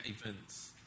events